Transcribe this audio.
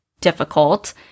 difficult